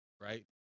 right